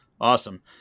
awesome